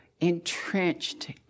entrenched